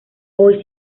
hoy